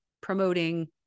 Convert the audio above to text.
promoting